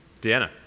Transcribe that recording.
Deanna